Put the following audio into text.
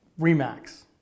remax